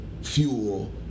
fuel